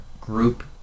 group